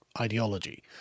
ideology